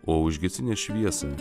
o užgesinęs šviesą